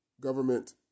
government